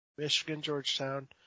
Michigan-Georgetown